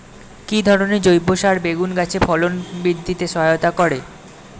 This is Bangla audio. কি ধরনের জৈব সার বেগুন গাছে ফলন বৃদ্ধিতে সহায়তা করে?